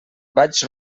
vaig